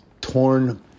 torn